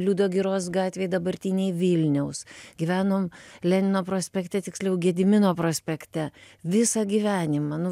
liudo giros gatvėj dabartinėj vilniaus gyvenom lenino prospekte tiksliau gedimino prospekte visą gyvenimą nu